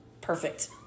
perfect